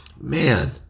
Man